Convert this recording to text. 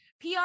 PR